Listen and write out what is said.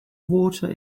water